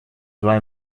два